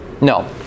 no